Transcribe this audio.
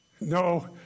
no